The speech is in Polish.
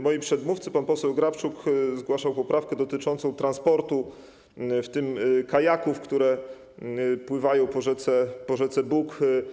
Moi przedmówcy, pan poseł Grabczuk zgłaszał poprawkę dotyczącą transportu, w tym kajaków, które pływają po rzece Bug.